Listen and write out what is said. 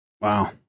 Wow